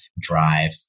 drive